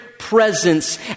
presence